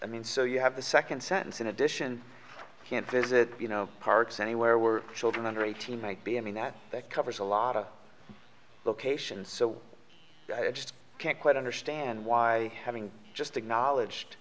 i mean so you have the second sentence in addition can't visit you know parts anywhere were children under eighteen might be i mean that that covers a lot of locations so i just can't quite understand why having just acknowledged